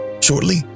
Shortly